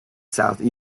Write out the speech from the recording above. south